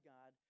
God